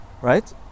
Right